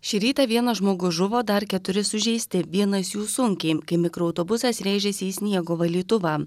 šį rytą vienas žmogus žuvo dar keturi sužeisti vienas jų sunkiai kai mikroautobusas rėžėsi į sniego valytuvą